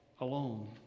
alone